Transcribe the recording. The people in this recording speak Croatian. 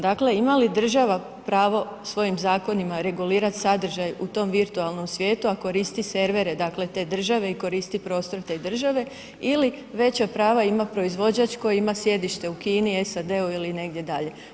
Dakle, ima li država pravo svojim zakonima regulirati sadržaj u tom virtualnom svijetu, a koristi servere, dakle te države i koristi prostor te države, ili veća prava ima proizvođač koji ima sjedište u Kini, SAD-u ili negdje dalje.